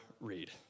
read